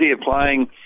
applying